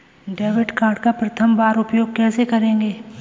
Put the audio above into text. Debit card का प्रथम बार उपयोग कैसे करेंगे?